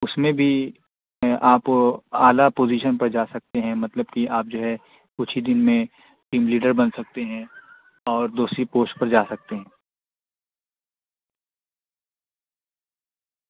اس میں بھی آپ اعلیٰ پوزیشن پر جا سکتے ہیں مطلب کہ آپ جو ہے کچھ ہی دن میں ٹیم لیڈر بن سکتے ہیں اور دوسری پوسٹ پر جا سکتے ہیں